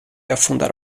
afundar